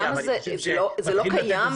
זה לא קיים?